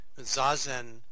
Zazen